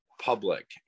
public